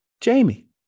Jamie